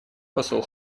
посол